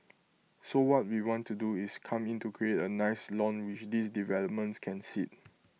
so what we want to do is come in to create A nice lawn which these developments can sit